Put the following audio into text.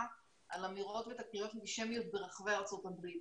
על אמירות ותקריות אנטישמיות ברחבי ארצות הברית.